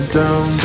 down